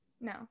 no